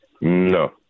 No